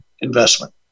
investment